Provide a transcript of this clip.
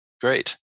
Great